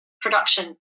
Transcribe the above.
production